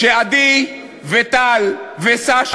לא, הוא לא רק טעון, הוא ערב פסח.